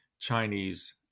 Chinese